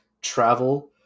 travel